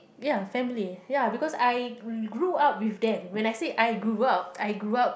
ya family ya because I grew up with them when I say I grew up I grew up